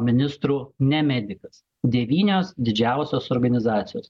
ministru ne medikas devynios didžiausios organizacijos